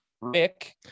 rick